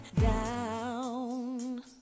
down